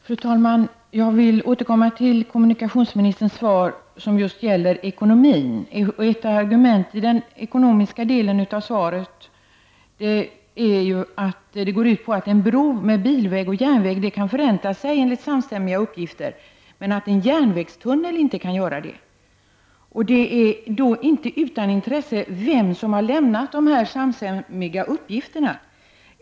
Fru talman! Jag vill återkomma till det i kommunikationsministerns svar som just gäller ekonomin. Ett argument i den ekonomiska delen av svaret går ut på att en bro med bilväg och järnväg enligt samstämmiga uppgifter kan förränta sig. En järnvägstunnel kan däremot inte göra det. Det är då inte utan intresse vem som har lämnat dessa samstämmiga uppgifter.